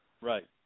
Right